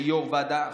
כשיו"ר ועדת חוק,